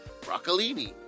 broccolini